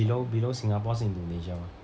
below below singapore 是 indonesia mah